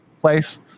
place